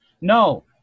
No